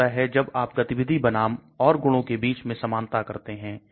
क्या होता है जब आप गतिविधि बनाम और गुणों के बीच में समानता करते हैं